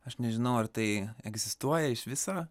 aš nežinau ar tai egzistuoja iš viso